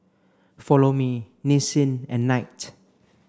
Follow Me Nissin and Knight